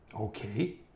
okay